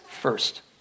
first